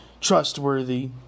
trustworthy